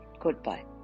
Goodbye